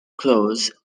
clothes